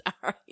Sorry